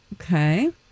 Okay